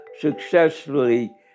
successfully